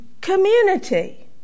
community